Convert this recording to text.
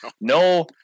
no